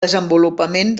desenvolupament